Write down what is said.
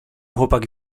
chłopak